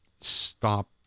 stop